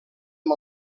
amb